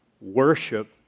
Worship